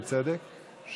בצדק,